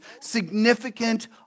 significant